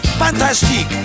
fantastic